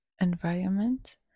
environment